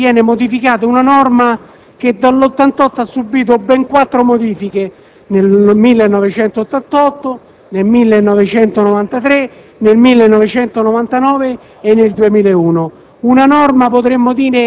Intanto, viene modificata una norma che dal 1988 ad oggi ha subito ben quattro modifiche (nel 1988, nel 1993, nel 1999 e nel 2001),